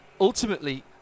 Ultimately